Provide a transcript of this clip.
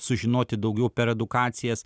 sužinoti daugiau per edukacijas